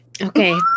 okay